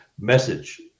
message